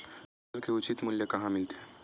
फसल के उचित मूल्य कहां मिलथे?